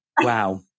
wow